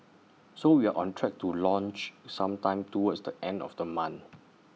so we're on track to launch sometime towards the end of the month